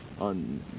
On